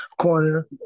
corner